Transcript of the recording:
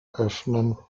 öffnen